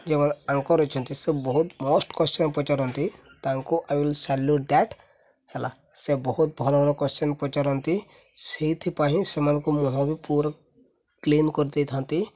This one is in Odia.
ଯେଉଁମାନେ ଆଙ୍କର୍ ଅଛନ୍ତି ସେ ବହୁତ ମଷ୍ଟ କୋଶ୍ଚିନ୍ ପଚାରନ୍ତି ତାଙ୍କୁ ଆଇ ୱିଲ୍ ସାଲ୍ୟୁଟ୍ ଦ୍ୟାଟ୍ ହେଲା ସେ ବହୁତ ଭଲ ଭଲ କୋଶ୍ଚିନ୍ ପଚାରନ୍ତି ସେଇଥିପାଇଁ ସେମାନଙ୍କୁ ମୁହଁ ବି କ୍ଲିନ୍ କରିଦେଇଥାନ୍ତି